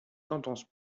tendances